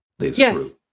yes